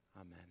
Amen